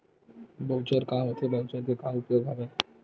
Voucher का होथे voucher के का उपयोग हवय?